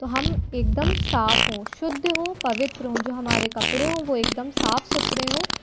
तो हम एक दम साफ़ हों शुद्ध हों पवित्र हों जो हमारे कपड़े हों वो एक दम साफ़ सुथरे हों